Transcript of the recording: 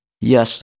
Yes